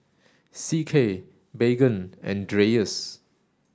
C K Baygon and Dreyers